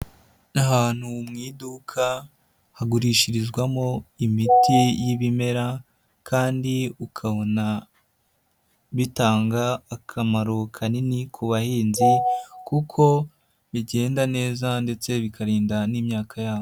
Ni ahantu mu iduka hagurishirizwamo imiti y'ibimera kandi ukabona bitanga akamaro kanini ku bahinzi kuko bigenda neza ndetse bikarinda n'imyaka yabo.